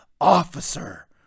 officer